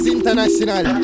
International